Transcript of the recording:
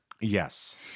Yes